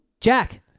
Jack